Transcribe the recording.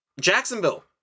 Jacksonville